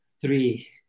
Three